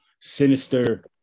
sinister